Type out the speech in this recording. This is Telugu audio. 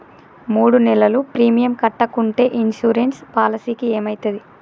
మూడు నెలలు ప్రీమియం కట్టకుంటే ఇన్సూరెన్స్ పాలసీకి ఏమైతది?